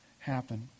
happen